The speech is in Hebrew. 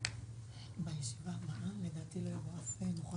הישיבה ננעלה בשעה 09:00.